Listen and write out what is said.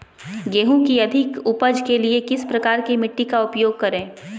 गेंहू की अधिक उपज के लिए किस प्रकार की मिट्टी का उपयोग करे?